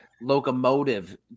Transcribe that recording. locomotive